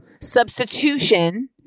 substitution